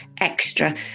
extra